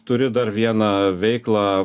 turi dar vieną veiklą